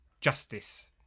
justice